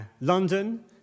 London